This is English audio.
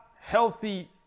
healthy